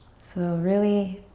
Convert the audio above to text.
so really